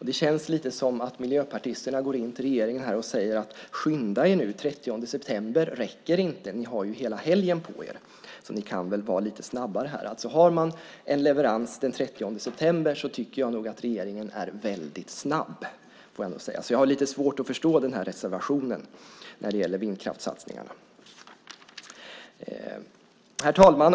Det känns lite grann som att miljöpartisterna går in till regeringen och säger: Skynda er nu - 30 september räcker inte. Ni har ju hela helgen på er, så ni kan väl vara lite snabbare! Om man har en leverans den 30 september tycker jag att regeringen är väldigt snabb, får jag nog säga. Jag har lite svårt att förstå reservationen när det gäller vindkraftssatsningarna. Herr talman!